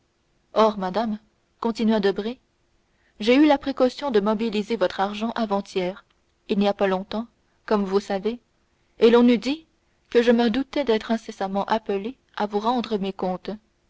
or madame continua debray j'ai eu la précaution de mobiliser votre argent avant-hier il n'y a pas longtemps comme vous voyez et l'on eût dit que je me doutais d'être incessamment appelé à vous rendre mes comptes